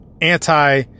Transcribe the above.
anti